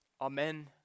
amen